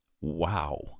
wow